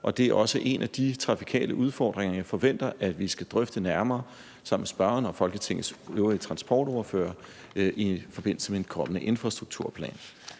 og det er også en af de trafikale udfordringer, jeg forventer at vi skal drøfte nærmere sammen med spørgeren og Folketingets øvrige transportordførere i forbindelse med en kommende infrastrukturplan.